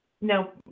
no